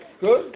Good